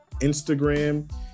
instagram